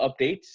updates